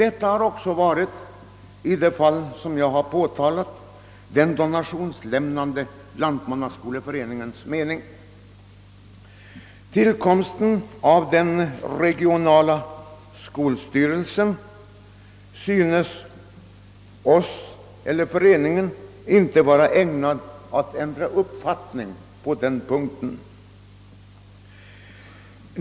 Så har också varit förhållandet i det fall jag tagit upp, där donator — Lantmannaskoleföreningen — förbehållit sig rätten att utse två styrelseledamöter. Tillkomsten av den regionala skolstyrelsen är enligt föreningens uppfattning inget skäl att ändra på denna bestämmelse.